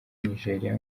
nigeria